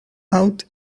out